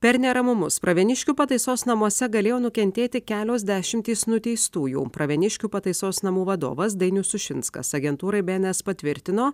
per neramumus pravieniškių pataisos namuose galėjo nukentėti kelios dešimtys nuteistųjų pravieniškių pataisos namų vadovas dainius sušinskas agentūrai bns patvirtino